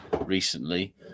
recently